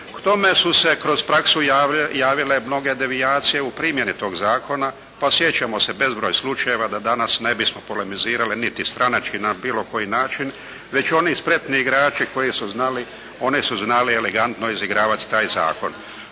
K tome su se kroz praksu javile mnoge devijacije u primjeni tog zakona, pa sjećamo se bezbroj slučajeva da danas ne bismo polemizirali niti stranački na bilo koji način već oni spretni igrači koji su znali oni su znali elegantno izigravati taj zakon.